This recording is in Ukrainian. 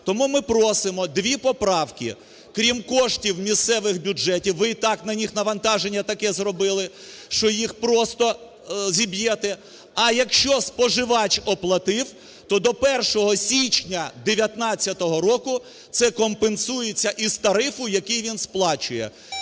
Тому ми просимо дві поправки, крім коштів місцевих бюджетів, ви і так на них навантаження таке зробили, що їх просто зіб'єте. А якщо споживач оплатив, то до 1 січня 2019 року це компенсується із тарифу, який він сплачує.